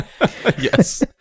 Yes